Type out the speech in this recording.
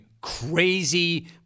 crazy